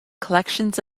collections